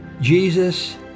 Jesus